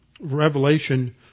Revelation